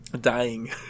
dying